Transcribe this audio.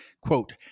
Quote